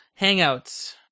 Hangouts